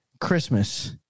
Christmas